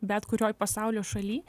bet kurioj pasaulio šaly